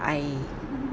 I